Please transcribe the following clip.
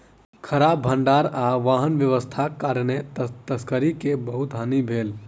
खराब भण्डार आ वाहन व्यवस्थाक कारणेँ तरकारी के बहुत हानि भेल